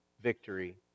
victory